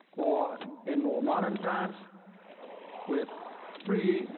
or in more modern times with free